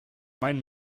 mein